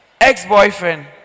Ex-boyfriend